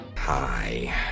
Hi